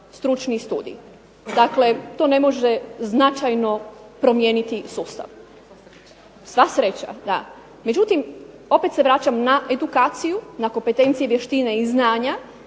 stručni studij, dakle to ne može značajno promijeniti sustav. Sva sreća, da. Međutim opet se vraćam na edukaciju, na kompetencije, vještine i znanja,